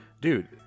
Dude